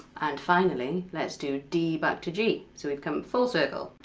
and finally let's do d back to g, so we've come full circle.